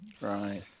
right